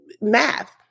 math